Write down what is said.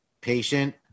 patient